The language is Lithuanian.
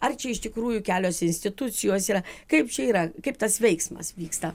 ar čia iš tikrųjų kelios institucijos yra kaip čia yra kaip tas veiksmas vyksta